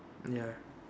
ya